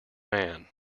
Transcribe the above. man